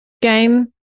game